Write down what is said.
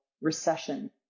recession